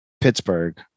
Pittsburgh